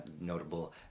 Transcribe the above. notable